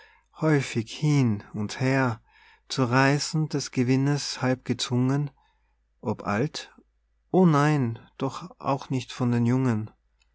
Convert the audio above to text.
häufig hin und her zu reisen des gewinnes halb gezwungen ob alt o nein doch auch nicht von den jungen